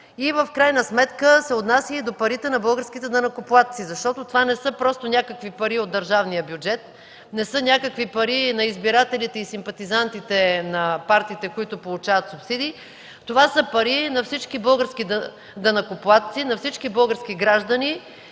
в крайна сметка се отнася и до парите на българските данъкоплатци. Това не са просто някакви пари от държавния бюджет, не са някакви пари на избирателите и симпатизантите на партиите, които получават субсидии. Това са пари на всички български данъкоплатци, на всички български граждани,